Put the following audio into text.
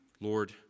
Lord